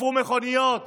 שרפו מכוניות